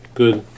good